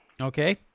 Okay